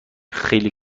خیلی